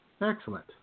Excellent